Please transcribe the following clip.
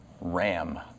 ram